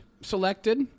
selected